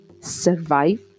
Survive